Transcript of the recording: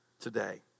today